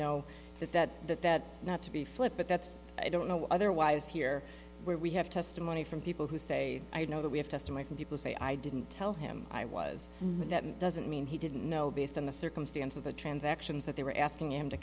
know that that that that not to be flip but that's i don't know otherwise here where we have testimony from people who say i know that we have testimony from people say i didn't tell him i was doesn't mean he didn't know based on the circumstance of the transactions that they were asking him to